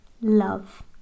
love